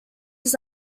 das